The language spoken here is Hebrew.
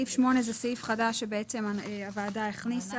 רוויזיה על כל הסעיפים על מנת לבחון את ההסתייגויות של האופוזיציה.